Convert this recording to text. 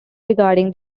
regarding